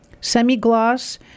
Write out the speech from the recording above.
Semi-gloss